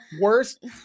worst